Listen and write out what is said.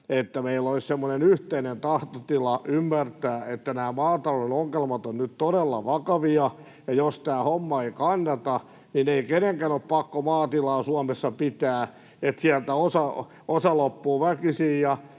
että meillä olisi semmoinen yhteinen tahtotila ymmärtää, että nämä maatalouden ongelmat ovat nyt todella vakavia, ja jos tämä homma ei kannata, niin ei kenenkään ole pakko maatilaa Suomessa pitää. Sieltä osa loppuu väkisin,